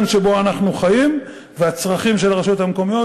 שבו אנחנו חיים והצרכים של הרשויות המקומיות,